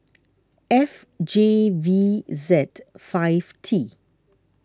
F J V Z five T